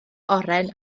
oren